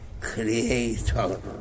Creator